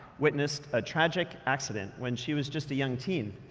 witnessed a tragic accident when she was just a young teen,